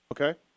Okay